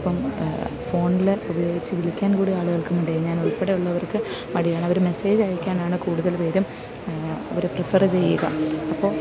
ഇപ്പം ഫോണിൽ ഉപയോഗിച്ച് വിളിക്കാൻ കൂടി ആളുകൾക്കു മടിയാണ് ഞാനുൾപ്പെടെയുള്ളവർക്ക് മടിയാണ് അവർ മെസേജയക്കാനാണ് കൂടുതൽ പേരും അവർ പ്രിഫർ ചെയ്യുക അപ്പോൾ